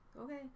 okay